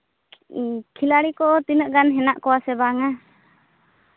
ᱠᱷᱤᱞᱟᱲᱤ ᱠᱚ ᱛᱤᱱᱟᱹᱜ ᱜᱟᱱ ᱢᱮᱱᱟᱜ ᱠᱚᱣᱟ ᱥᱮ ᱵᱟᱝᱼᱟ